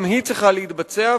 גם היא צריכה להתבצע,